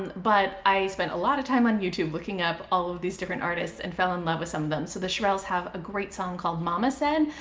but i spent a lot of time on youtube looking up all of these different artists and fell in love with some of them. so the shirelles have a great song called mama said,